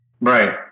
right